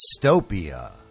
dystopia